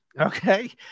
Okay